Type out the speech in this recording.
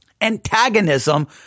antagonism